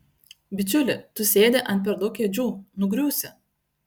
bičiuli tu sėdi ant per daug kėdžių nugriūsi